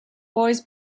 boys